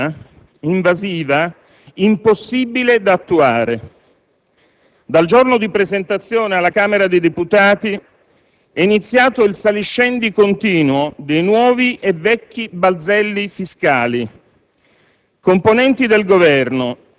Finanziaria complessa, invasiva, impossibile da attuare. Dal giorno di presentazione alla Camera dei deputati è iniziato il saliscendi continuo dei nuovi e vecchi balzelli fiscali.